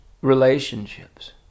relationships